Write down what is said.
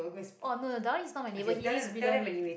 oh no no that one he's not my neighbour he lives below me